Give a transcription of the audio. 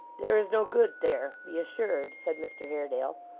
there is no good there, be assured said mr haredale.